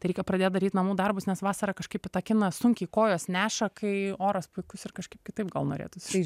reikia pradėt daryt namų darbus nes vasarą kažkaip į tą kiną sunkiai kojos neša kai oras puikus ir kažkaip kitaip gal norėtųsi